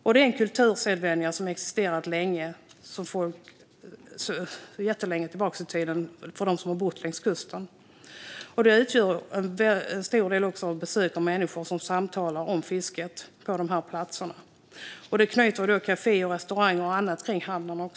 Det är en kultursedvänja som sedan mycket lång tid tillbaka existerar bland dem som bor längs kusten, och den utgör också grunden för en stor del av de besök som människor gör på de här platserna. De samtalar om fisket och besöker även kaféer, restauranger och annat kring hamnen.